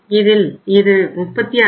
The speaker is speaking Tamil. இதில் இது 35